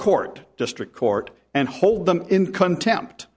court district court and hold them in contempt